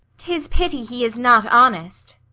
tis pity he is not honest.